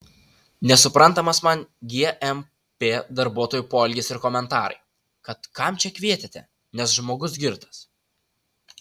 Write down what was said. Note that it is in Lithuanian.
nesuprantamas man gmp darbuotojų poelgis ir komentarai kad kam čia kvietėte nes žmogus girtas